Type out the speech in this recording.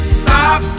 stop